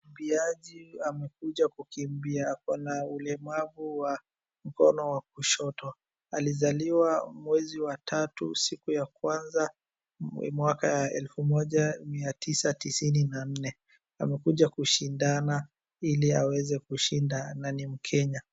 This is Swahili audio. Mkiambiaji amekuja kukimbia, ako na ulemavu wa mkono wa kushoto. Alizaliwa mwezi wa tatu, siku ya kwanza, mwaka elfu moja mia tisa tisini na nne. Amekuja kushindana ili aweze kushinda na ni mkenya.